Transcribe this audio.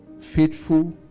faithful